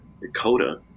Dakota